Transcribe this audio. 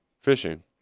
fishing